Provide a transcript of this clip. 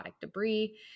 debris